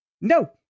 No